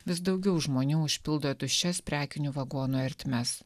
vis daugiau žmonių užpildo tuščias prekinių vagonų ertmes